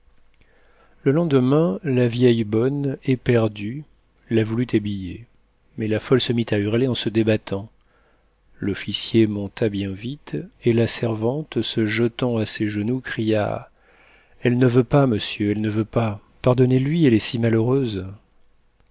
le lendemain la vieille bonne éperdue la voulut habiller mais la folle se mit à hurler en se débattant l'officier monta bien vite et la servante se jetant à ses genoux cria elle ne veut pas monsieur elle ne veut pas pardonnez-lui elle est si malheureuse